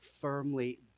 firmly